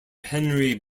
henry